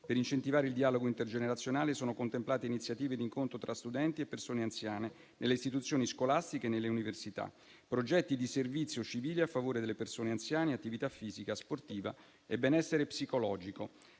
Per incentivare il dialogo intergenerazionale, sono contemplate iniziative di incontro tra studenti e persone anziane nelle istituzioni scolastiche e nelle università, progetti di servizio civile a favore delle persone anziane, attività fisica, sportiva e benessere psicologico.